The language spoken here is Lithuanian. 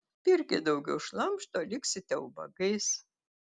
pirkit daugiau šlamšto liksite ubagais